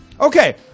okay